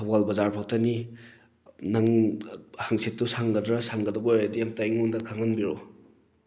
ꯊꯧꯕꯥꯜ ꯕꯖꯥꯔ ꯐꯥꯎꯇꯅꯤ ꯅꯪ ꯍꯪꯆꯤꯠꯇꯨ ꯁꯪꯒꯗ꯭ꯔꯥ ꯁꯪꯒꯗꯕ ꯑꯣꯏꯔꯗꯤ ꯑꯝꯇ ꯑꯩꯉꯣꯟꯗ ꯈꯪꯍꯟꯕꯤꯔꯛꯎ